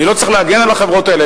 אני לא צריך להגן על החברות האלה,